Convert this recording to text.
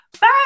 Bye